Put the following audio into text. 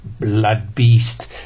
Bloodbeast